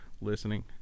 listening